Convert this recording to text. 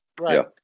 Right